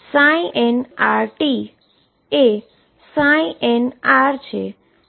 તેથી nrt એ nrછે